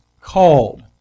called